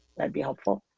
that'd be helpful.